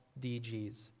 dgs